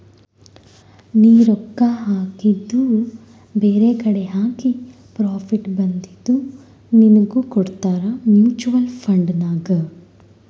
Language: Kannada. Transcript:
ನೀ ರೊಕ್ಕಾ ಹಾಕಿದು ಬೇರೆಕಡಿ ಹಾಕಿ ಪ್ರಾಫಿಟ್ ಬಂದಿದು ನಿನ್ನುಗ್ ಕೊಡ್ತಾರ ಮೂಚುವಲ್ ಫಂಡ್ ನಾಗ್